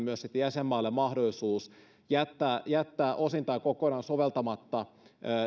jäsenmaille mahdollisuus jättää osin tai kokonaan soveltamatta